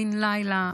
בן לילה,